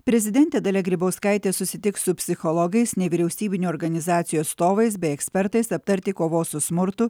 prezidentė dalia grybauskaitė susitiks su psichologais nevyriausybinių organizacijų atstovais bei ekspertais aptarti kovos su smurtu